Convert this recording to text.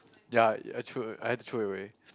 ya I throw I had to throw it away